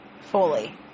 fully